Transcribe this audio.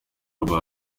albert